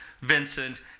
Vincent